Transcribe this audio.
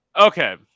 okay